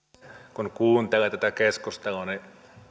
kun kuuntelee tätä keskustelua niin